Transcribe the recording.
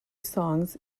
songs